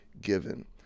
given